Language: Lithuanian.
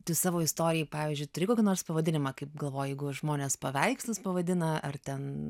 tu savo istorijai pavyzdžiui turi kokį nors pavadinimą kaip galvoji jeigu žmonės paveikslus pavadina ar ten